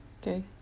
Okay